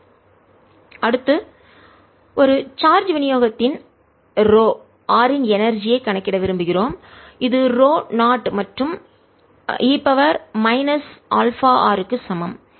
W02R770Q2R72R870Q27π0R அடுத்து ஒரு சார்ஜ் விநியோகத்தின் ரோ r இன் எனர்ஜி ஐ ஆற்றலைக் கணக்கிட விரும்புகிறோம் இது ρ0 மற்றும் e αr க்கு சமம்